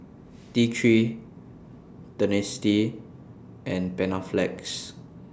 T three Dentiste and Panaflex